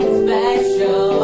special